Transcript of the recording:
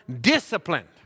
disciplined